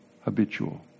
habitual